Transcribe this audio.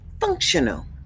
functional